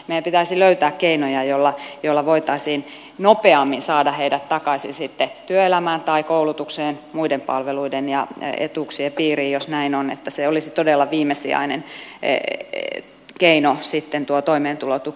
meidän pitäisi löytää keinoja joilla voitaisiin nopeammin saada heidät takaisin sitten työelämään tai koulutukseen muiden palveluiden ja etuuksien piiriin jos näin on että olisi todella viimesijainen keino sitten tuo toimeentulotuki